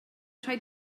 rhaid